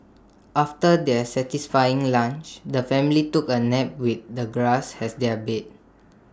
after their satisfying lunch the family took A nap with the grass as their bed